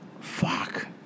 Fuck